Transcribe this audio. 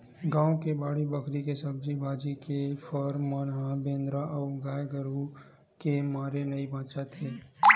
गाँव के बाड़ी बखरी के सब्जी भाजी, के फर मन ह बेंदरा अउ गाये गरूय के मारे नइ बाचत हे